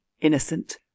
innocent